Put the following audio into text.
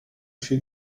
viel